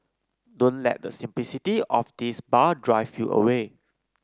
don't let the simplicity of this bar drive you away